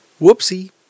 Whoopsie